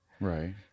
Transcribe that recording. Right